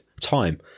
Time